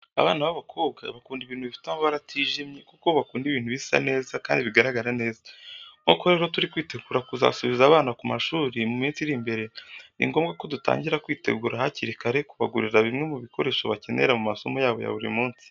Abana b'abakobwa bakunda ibintu bifite amabara atijimye, kuko bo bakunda ibintu bisa neza kandi bigaragara neza. Nk'uko rero turi kwitegura kuzasubiza abana ku mashuri mu minsi iri imbere, ni ngombwa ko dutangira kwitegura hakiri kare kubagurira bimwe mu bikoresho bakenera mu masomo yabo ya buri munsi.